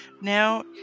Now